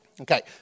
Okay